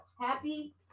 Happy